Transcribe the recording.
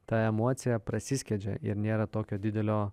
ta emocija prasiskiedžia ir nėra tokio didelio